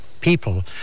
people